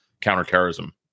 counterterrorism